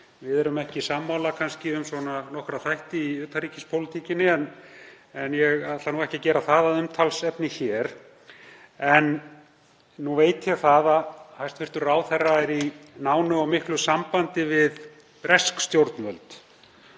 Við erum kannski ekki sammála um nokkra þætti í utanríkispólitíkinni, en ég ætla ekki að gera það að umtalsefni hér. Nú veit ég að hæstv. ráðherra er í nánu og miklu sambandi við bresk stjórnvöld.